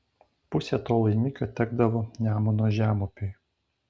pusė to laimikio tekdavo nemuno žemupiui